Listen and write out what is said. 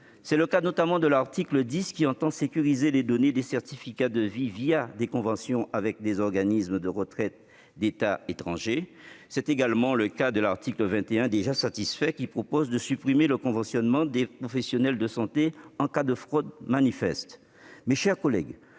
C'est le cas de l'article 10 qui tend à sécuriser les données des certificats de vie des conventions avec des organismes de retraite d'États étrangers. C'est également le cas de l'article 21, déjà satisfait, qui supprime le conventionnement des professionnels de santé en cas de fraude manifeste. Mes chers collègues,